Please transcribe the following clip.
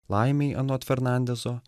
laimei anot fernandezo